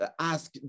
ask